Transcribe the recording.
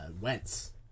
Wentz